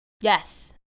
yes